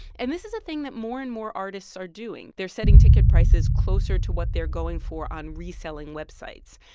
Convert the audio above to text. and this is a thing that more and more artists are doing. they're setting ticket prices closer to what they're going for on reselling websites.